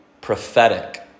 prophetic